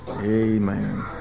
Amen